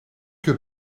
que